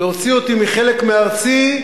להוציא אותי מחלק מארצי,